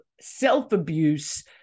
self-abuse